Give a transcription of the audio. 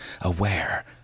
aware